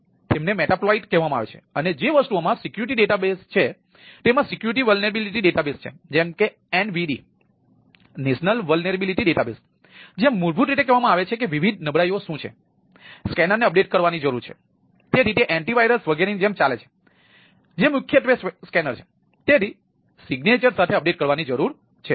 તેમને મેટાપ્લોઇટ સાથે અપડેટ કરવાની જરૂર છે